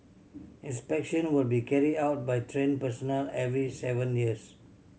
inspection will be carried out by trained personnel every seven years